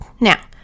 Now